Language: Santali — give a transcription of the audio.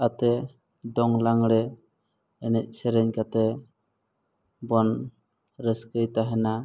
ᱟᱛᱮᱫ ᱫᱚᱝ ᱞᱟᱜᱽᱬᱮ ᱮᱱᱮᱡᱼᱥᱮᱨᱮᱧ ᱠᱟᱛᱮᱫ ᱵᱚᱱ ᱨᱟᱹᱥᱠᱟᱹᱭ ᱛᱟᱦᱮᱱᱟ